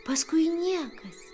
paskui niekas